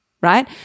right